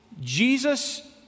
Jesus